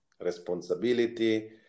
responsibility